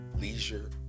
leisure